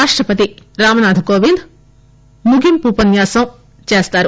రాష్టపతి రాంనాద్ కొవింద్ ముగింపు ఉపన్యాసం గావిస్తారు